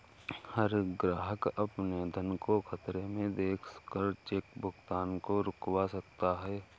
हर ग्राहक अपने धन को खतरे में देख कर चेक भुगतान को रुकवा सकता है